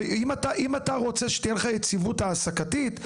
אם אתה רוצה שתהיה לך יציבות תעסוקתית,